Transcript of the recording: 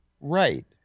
Right